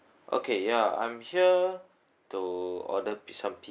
okay ya I'm here to order pizza